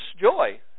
joy